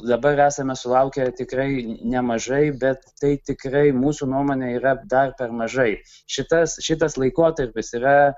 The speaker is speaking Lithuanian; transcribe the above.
dabar esame sulaukę tikrai nemažai bet tai tikrai mūsų nuomone yra dar per mažai šitas šitas laikotarpis yra